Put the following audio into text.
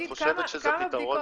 את חושבת שזה פתרון